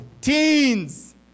Teens